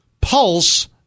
Pulse